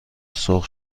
سرخ